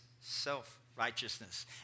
self-righteousness